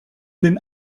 den